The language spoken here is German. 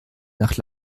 nach